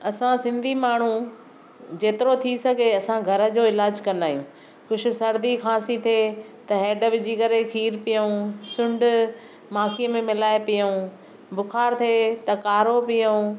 असां सिंधी माण्हू जेतिरो थी सघे असां घर जो इलाज कंदा आहियूं कुझु सरदी खांसी थिए त हैड विझी करे खीर पियऊं सुंढ माखीअ में मिलाए पियऊं बुख़ारु थिए त काढ़ो पियऊं